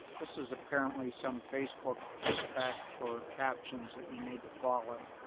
this is apparently some facebook spec for captions that you need to follow.